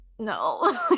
No